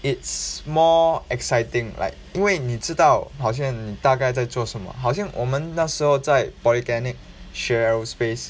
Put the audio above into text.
it's more exciting like 因为你知道好像你大概在做什么好像我们那时候在 polytechnic 学 aerospace